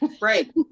Right